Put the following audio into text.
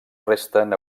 resten